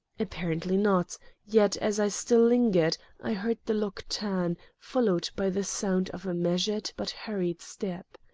apparently not, yet as i still lingered, i heard the lock turn, followed by the sound of a measured but hurried step.